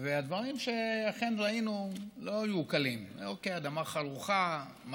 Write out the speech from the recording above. והדברים שראינו אכן לא היו קלים: אדמה חרוכה,